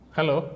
Hello